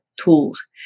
tools